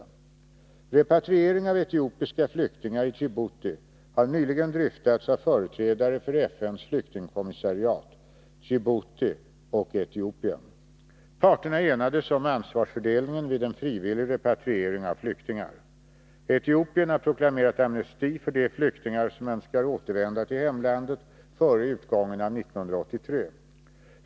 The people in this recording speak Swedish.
Nr 116 Repatriering av etiopiska flyktingar i Djibouti har nyligen dryftats av Tisdagen den företrädare för FN:s flyktingkommissariat , Djibouti och Etiopi 12 april 1983 en. Parterna enades om ansvarsfördelningen vid en frivillig repatriering av =. flyktingar. Etiopien har proklamerat amnesti för de flyktingar som önskar Om förhållandena återvända till hemlandet före utgången av 1983.